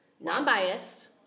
non-biased